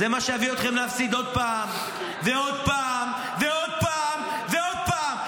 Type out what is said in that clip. זה מה שיביא אתכם להפסיד עוד פעם ועוד פעם ועוד פעם ועוד פעם.